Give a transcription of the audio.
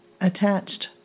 attached